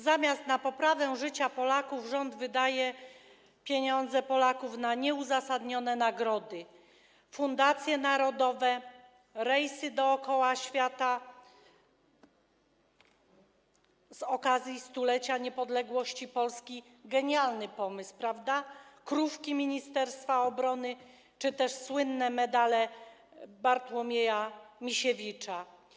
Zamiast na poprawę życia Polaków rząd wydaje pieniądze Polaków na nieuzasadnione nagrody, fundacje narodowe, rejsy dookoła świata z okazji 100-lecia niepodległości Polski - genialny pomysł, prawda? - krówki ministerstwa obrony czy też słynne medale Bartłomieja Misiewicza.